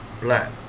Black